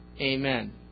Amen